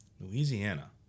Louisiana